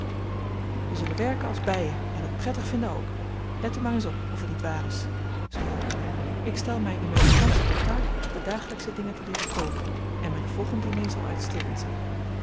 wij zullen werken als bijen en het prettig vinden ook let u maar eens op of het niet waar is zei jo ik stel mij in mijn vacantie tot taak de dagelijksche dingen te leeren koken en mijn volgend diner zal uitstekend zijn